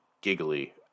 giggly